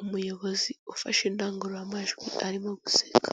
umuyobozi ufashe indangururamajwi arimo guseka.